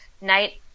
night